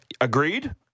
Agreed